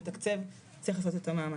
כמתקצב הוא צריך לעשות את המאמץ.